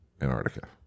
Antarctica